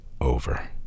over